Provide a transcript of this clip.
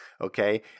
okay